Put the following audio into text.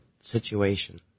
situation